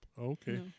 okay